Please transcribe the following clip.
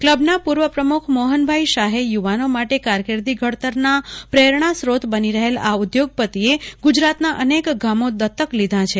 ક્લબના પૂ ર્વ પ્રમુ ખ મોહનભાઇ શાહે યુ વાનો માટે કારકિર્દી ઘડતરના પ્રેરણાસ્રોત બની રહેલા આ ઉદ્યોગપતિએ ગુજરાતના અનેક ગામો દત્તક લીધાં છે